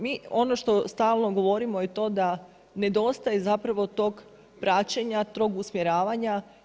Mi ono što stalno govorimo je to da nedostaje zapravo tog praćenja, tog usmjeravanja.